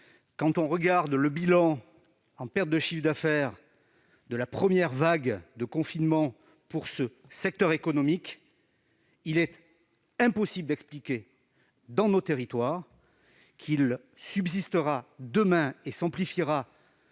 Quand on regarde le bilan en termes de perte de chiffre d'affaires de la première vague de confinement pour ce secteur économique, il est impossible d'expliquer dans nos territoires que, demain, on appliquera